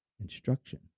Instruction